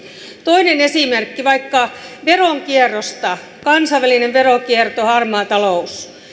toinen esimerkki vaikka veronkierrosta kansainvälinen veronkierto harmaa talous